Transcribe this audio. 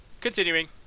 continuing